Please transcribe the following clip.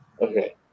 Okay